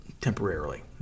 temporarily